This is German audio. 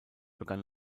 begann